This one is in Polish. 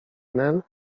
nel